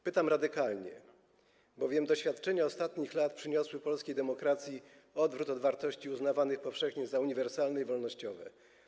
Pytam radykalnie, doświadczenia ostatnich lat przyniosły bowiem polskiej demokracji odwrót od wartości uznawanych powszechnie za uniwersalne i wolnościowe.